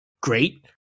great